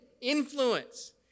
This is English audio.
influence